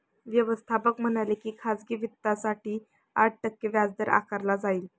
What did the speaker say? व्यवस्थापक म्हणाले की खाजगी वित्तासाठी आठ टक्के व्याजदर आकारला जाईल